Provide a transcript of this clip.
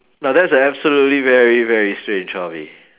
no that's an absolutely very very sweet and chummy